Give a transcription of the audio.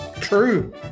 True